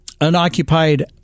unoccupied